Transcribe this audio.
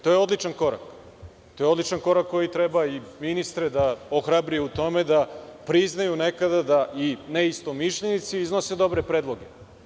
To je odličan korak, to je odličan korak koji treba i ministreda ohrabri u tome da priznaju nekada da i neistomišljenici iznose dobre predloge.